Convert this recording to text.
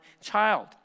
child